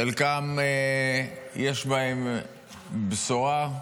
חלקם, יש בהם בשורה,